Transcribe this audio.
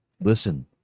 Listen